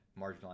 marginalized